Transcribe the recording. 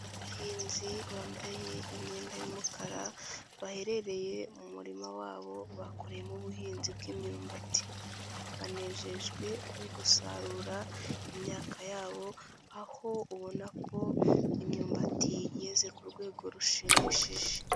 Abahinzi bambaye imyenda y'umukara, baherereye mu murima wabo bakuriyemo ubuhinzi bw'imyumbati. Banejejwe no gusarura imyaka yabo, aho ubona ko imyumbati yeze ku rwego rushimishije.